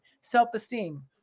self-esteem